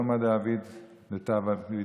"כל דעביד רחמנא לטב עביד",